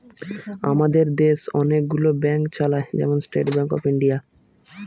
আমাদের দেশ অনেক গুলো ব্যাংক চালায়, যেমন স্টেট ব্যাংক অফ ইন্ডিয়া